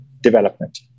development